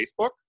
Facebook